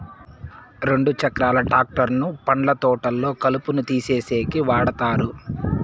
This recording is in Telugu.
రెండు చక్రాల ట్రాక్టర్ ను పండ్ల తోటల్లో కలుపును తీసేసేకి వాడతారు